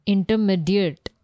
Intermediate